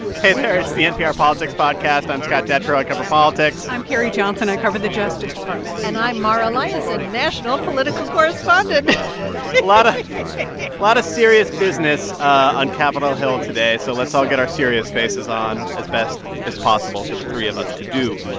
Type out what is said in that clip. hey there. it's the npr politics podcast. i'm scott detrow. i cover politics i'm carrie johnson. i cover the justice department and i'm mara liasson, national political correspondent a ah lot of serious business on capitol hill today, so let's all get our serious faces on as best as possible for the three of us to do.